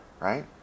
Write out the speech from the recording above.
right